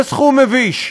זה סכום מביש.